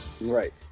Right